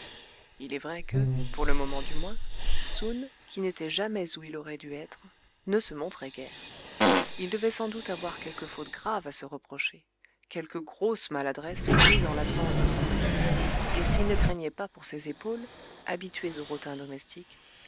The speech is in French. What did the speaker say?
il est vrai que pour le moment du moins soun qui n'était jamais où il aurait dû être ne se montrait guère il devait sans doute avoir quelque grave faute à se reprocher quelque grosse maladresse commise en l'absence de son maître et s'il ne craignait pas pour ses épaules habituées au rotin domestique